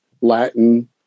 Latin